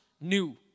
new